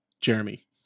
jeremy